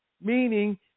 meaning